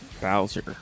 Bowser